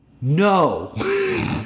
no